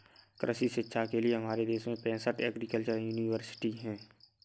कृषि शिक्षा के लिए हमारे देश में पैसठ एग्रीकल्चर यूनिवर्सिटी हैं